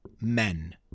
Men